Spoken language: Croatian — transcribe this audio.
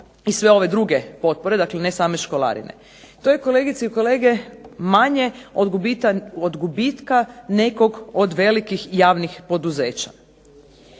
i sve ove druge potpore, dakle ne samo školarine. To je kolegice i kolege manje od gubitka nekog od velikih javnih poduzeća.